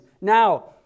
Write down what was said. Now